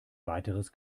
weiteres